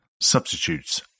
substitutes